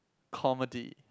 comedy